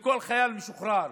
שלכל חייל משוחרר